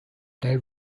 they